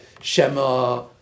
Shema